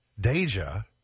Deja